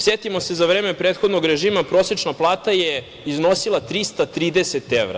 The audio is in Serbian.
Setimo se, za vreme prethodnog režima prosečna plata je iznosila 330 evra.